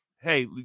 hey